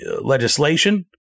legislation